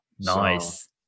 Nice